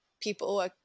people